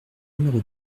numéro